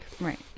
right